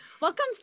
welcome